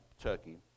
Turkey